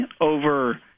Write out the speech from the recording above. over –